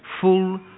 full